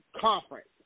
conference